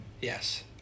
Yes